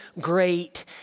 great